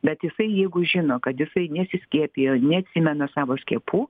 bet jisai jeigu žino kad jisai nesiskiepijo neatsimena savo skiepų